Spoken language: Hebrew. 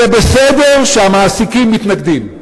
זה בסדר שהמעסיקים מתנגדים.